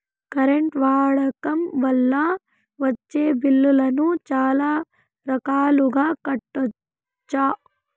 current వాడకం వల్ల వచ్చే బిల్లులను చాలా రకాలుగా కట్టొచ్చు